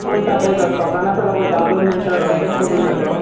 पयता पयता स्टोकान आसा जाल्यार पयता दोन मिणटां राव चेक करून आयलो